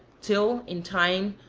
till, in time,